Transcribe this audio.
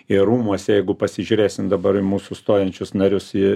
ir rūmuose jeigu pasižiūrėsim dabar mūsų stojančius narius į